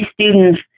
students